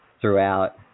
throughout